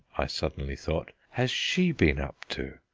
i suddenly thought, has she been up to?